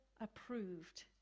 approved